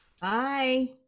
Bye